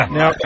Now